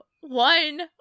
One